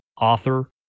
author